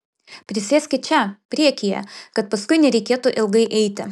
prisėskit čia priekyje kad paskui nereikėtų ilgai eiti